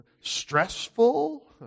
stressful